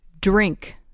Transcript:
Drink